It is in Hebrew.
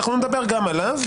נדבר גם עליו.